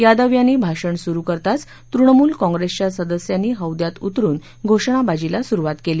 यादव यांनी भाषण सुरु करताच तृणमूल काँग्रेसच्या सदस्यांनी हौद्यात उतरून घोषणबाजीला सुरुवात केली